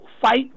fight